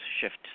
shift